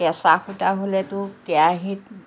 কেঁচা সূতা হ'লেতো কেৰাহীত